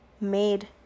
made